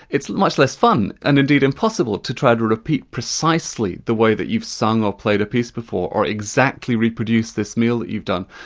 it's much less fun, and indeed impossible, to try to repeat precisely the way that you've sung or played a piece before, or exactly reproduce this meal that you've done.